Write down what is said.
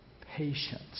patience